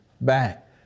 back